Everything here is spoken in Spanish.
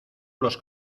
los